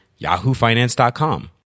yahoofinance.com